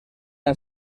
han